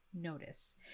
notice